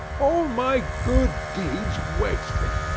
all my good deeds wasted!